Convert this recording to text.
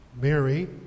Mary